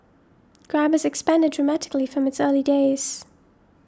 grab has expanded dramatically from its early days